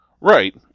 Right